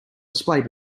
display